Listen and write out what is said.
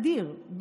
אדיר,